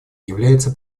является